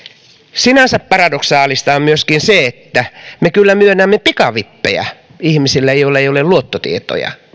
sinänsä paradoksaalista on myöskin se että me kyllä myönnämme pikavippejä ihmisille joilla ei ole luottotietoja